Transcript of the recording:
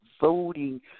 voting